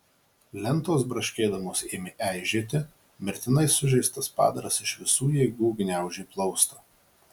lentos braškėdamos ėmė eižėti mirtinai sužeistas padaras iš visų jėgų gniaužė plaustą